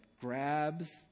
grabs